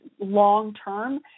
long-term